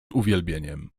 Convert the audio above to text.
uwielbieniem